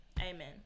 Amen